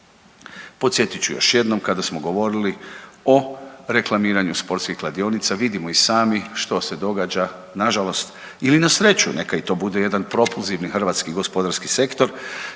Podsjetit ću još jednom kada smo govorili o reklamiranju sportskih kladionica vidimo i sami što se događa, nažalost ili na sreću neka i to bude jedan propulzivni hrvatski gospodarski sektor,